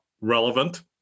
relevant